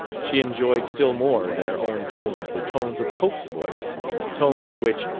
she enjoyed still more than her own tones the tones of cope's voice tones which,